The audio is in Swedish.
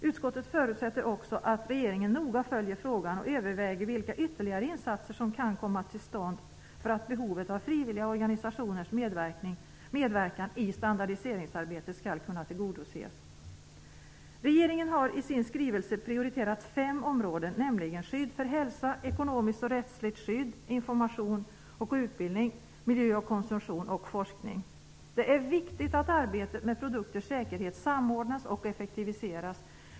Utskottet förutsätter också att regeringen noga följer frågan och överväger vilka ytterligare insatser som kan komma till stånd för att behovet av frivilliga organisationers medverkan i standardiseringsarbetet skall kunna tillgodoses. Regeringen har i sin skrivelse prioriterat fem områden, nämligen skydd för hälsa, ekonomiskt och rättsligt skydd, information och utbildning, miljö och konsumtion och forskning. Det är viktigt att arbetet med produkters säkerhet samordnas och effektiviseras.